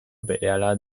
berehala